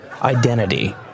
identity